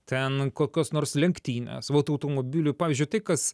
ten kokios nors lenktynės vot automobilių pavyzdžiui tai kas